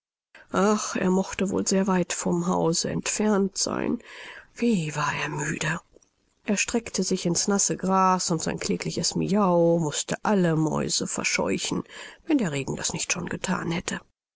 ach er mochte wohl sehr weit von hause entfernt sein wie war er müde er streckte sich ins nasse gras und sein klägliches miau mußte alle mäuse verscheuchen wenn der regen das nicht schon gethan hätte